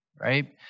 right